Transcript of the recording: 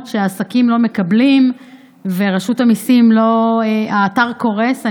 שעסקים לא מקבלים ושברשות המיסים האתר קורס.